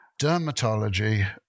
dermatology